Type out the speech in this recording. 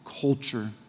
culture